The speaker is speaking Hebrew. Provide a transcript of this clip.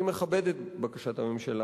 אני מכבד את בקשת הממשלה,